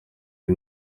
ari